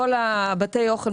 כל בתי אוכל,